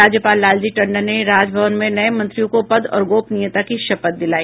राज्यपाल लालजी टंडन ने राजभवन में नए मंत्रियों को पद और गोपनीयता की शपथ दिलाई